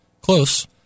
Close